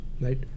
right